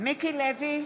מיקי לוי,